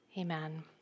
Amen